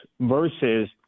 versus